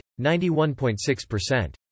91.6%